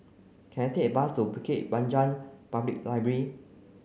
can I take a bus to Bukit Panjang Public Library